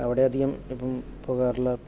അവിടെ അധികം ഇപ്പം പോകാറില്ലാ